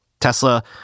Tesla